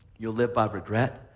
you'll live by regret,